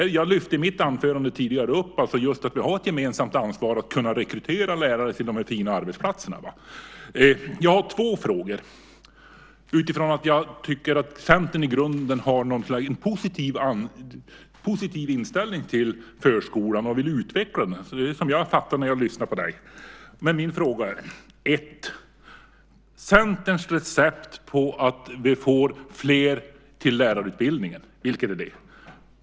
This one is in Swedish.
Jag lyfte i mitt anförande tidigare upp just att vi har ett gemensamt ansvar för att kunna rekrytera lärare till de här fina arbetsplatserna. Jag har två frågor utifrån att jag tycker att Centern i grunden har en positiv inställning till förskolan och vill utveckla den, som jag uppfattar det när jag lyssnar på dig. Fråga 1: Vilket är Centerns recept på att vi ska få fler till lärarutbildningen?